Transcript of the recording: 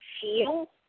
feel